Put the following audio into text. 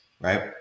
right